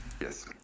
Yes